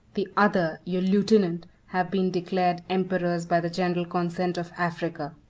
the other your lieutenant, have been declared emperors by the general consent of africa.